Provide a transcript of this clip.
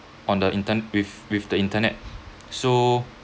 on the intern~ with with the internet so